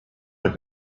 have